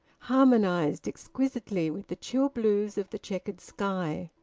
harmonised exquisitely with the chill blues of the chequered sky.